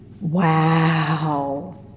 Wow